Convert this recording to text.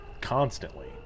constantly